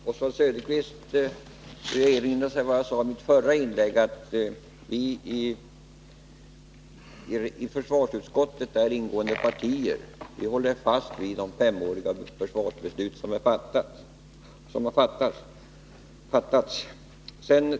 Fru talman! Oswald Söderqvist borde erinra sig det jag sade i mitt förra inlägg, nämligen att de i försvarsutskottet ingående partierna håller fast vid det femåriga försvarsbeslut som har fattats.